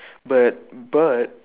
but but